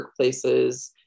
workplaces